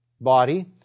body